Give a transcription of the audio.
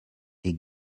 est